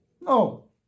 No